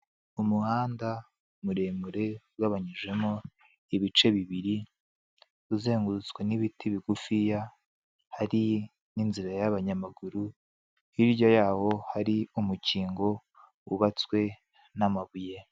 Umuhanda muremure ugabanyijemo ibice bibiri, uzengurutswe n'ibiti bigufiya, hari n'inzira y'abanyamaguru hirya yawo hari umukingo wubatswe n'amabuye.